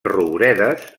rouredes